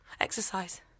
Exercise